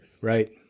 Right